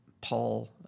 Paul